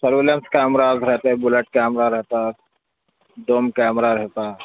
surveillance cameras رہتے bullet camera رہتا drone camera رہتا